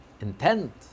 intent